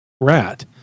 rat